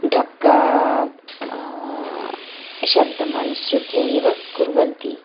ढक्का शब्दम् अनुसृत्य एव कुर्वन्ति